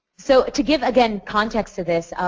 so to give again context to this,